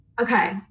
okay